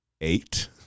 eight